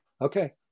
okay